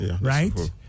right